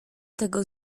tego